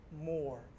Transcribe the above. more